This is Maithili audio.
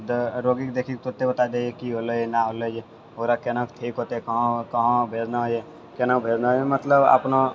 रोगीके देखि तुरते बता देइए कि मतलब कि भेलै एन भेलै ओकरा केना ठीक हौते कहाँ कहाँ भेजना यऽ केना भेजना यऽ मतलब अपनो